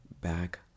back